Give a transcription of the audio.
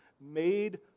made